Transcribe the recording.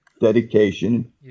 dedication